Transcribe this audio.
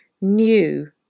new